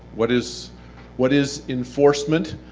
what is what is enforcement?